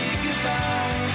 goodbye